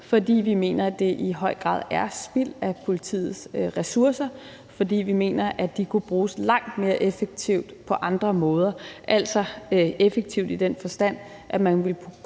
fordi vi mener, at det i høj grad er spild af politiets ressourcer, og fordi vi mener, at de kunne bruges langt mere effektivt på andre måder, altså effektivt i den forstand, at man ville kunne